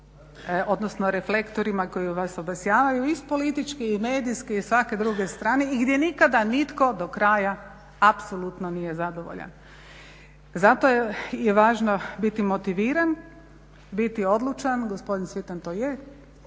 odnosno reflektorima koji vas obasjavaju i s političke i medijske i svake druge strane i gdje nikada nitko do kraja apsolutno nije zadovoljan. Zato je važno biti motiviran, biti odlučan, gospodin Cvitan to je